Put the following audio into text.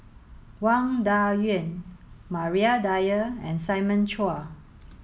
Wang Dayuan Maria Dyer and Simon Chua